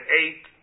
eight